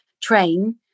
train